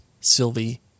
Sylvie